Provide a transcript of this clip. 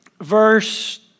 verse